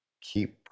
keep